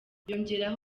yongeyeho